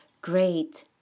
great